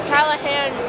Callahan